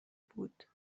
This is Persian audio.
بود